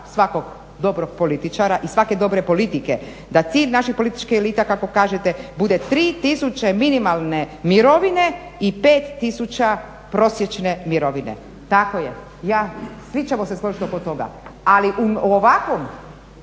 svakog dobrog političara i svake dobre politike, da cilj naše političke elite kako kažete bude 3000 minimalne mirovine i 5000 prosječne mirovine. Tako je, svi ćemo se složiti oko toga. Ali u ovakvom,